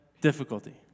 Difficulty